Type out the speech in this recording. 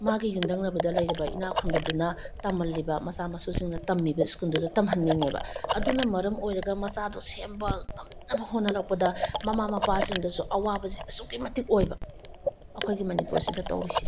ꯃꯥꯒꯤ ꯌꯨꯝꯊꯪꯅꯕꯗ ꯂꯩꯔꯤꯕ ꯏꯅꯥꯛ ꯈꯨꯟꯕꯗꯨꯅ ꯇꯝꯍꯜꯂꯤꯕ ꯃꯆꯥ ꯃꯁꯨꯁꯤꯡꯅ ꯇꯝꯃꯤꯕ ꯁ꯭ꯀꯨꯜꯗꯨꯗ ꯇꯝꯍꯟꯅꯤꯡꯉꯦꯕ ꯑꯗꯨꯅ ꯃꯔꯝ ꯑꯣꯏꯔꯒ ꯃꯆꯥꯗꯣ ꯁꯦꯝꯕ ꯉꯝꯅꯕ ꯍꯣꯠꯅꯔꯛꯄꯗ ꯃꯃꯥ ꯃꯄꯥꯁꯤꯡꯗꯁꯨ ꯑꯋꯥꯕꯁꯦ ꯑꯁꯨꯛꯀꯤ ꯃꯇꯤꯛ ꯑꯣꯏꯕ ꯑꯩꯈꯣꯏꯒꯤ ꯃꯅꯤꯄꯨꯔꯁꯤꯗ ꯇꯧꯔꯤꯁꯦ